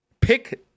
pick